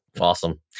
Awesome